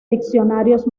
diccionarios